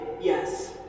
yes